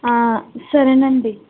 సరేనండి